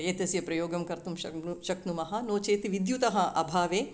एतस्य प्रयोगं कर्तुं शक्नुमः शक्नुमः नो चेत् विद्युतःअभावे